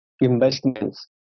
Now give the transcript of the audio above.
investments